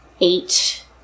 eight